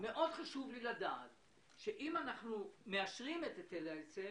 מאוד חשוב לי לדעת שאם אנחנו מאשרים את היטל ההיצף,